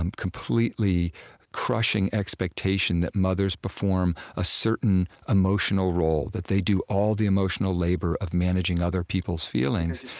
and completely crushing expectation that mothers perform a certain emotional role that they do all the emotional labor of managing other people's feelings,